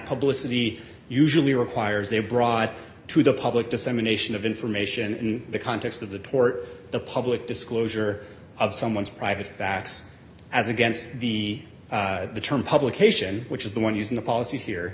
publicity usually requires they are brought to the public dissemination of information in the context of the tort the public disclosure of someone's private facts as against the term publication which is the one used in the policy here